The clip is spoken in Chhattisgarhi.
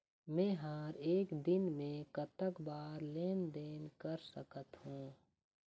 मे हर एक दिन मे कतक बार लेन देन कर सकत हों?